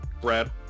Brad